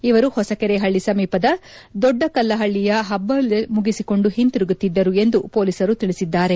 ಇವರು ಹೊಸಕೆರೆಹಳ್ಳಿ ಸಮೀಪದ ದೊಡ್ಡಕಲ್ಲಹಳ್ಳಿಯಲ್ಲಿ ಹಬ್ಬ ಮುಗಿಸಿಕೊಂಡು ಹಿಂದಿರುಗುತ್ತಿದ್ದರು ಎಂದು ಪೊಲೀಸರು ತಿಳಿಸಿದ್ದಾರೆ